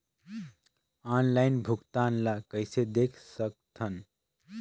Online भुगतान ल कइसे देख सकथन?